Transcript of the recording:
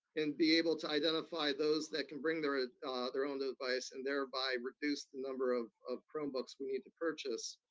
and be able to identify those that can bring their ah their own device, and thereby reduce the number of of chromebooks we need to purchase